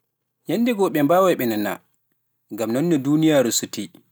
Yannde go'o ɓe mbaaway ɓe nana, ngam non no duuniyaaru sutii.